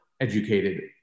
educated